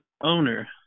owner